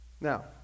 Now